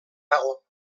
dago